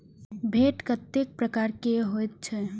मैंट कतेक प्रकार के होयत छै?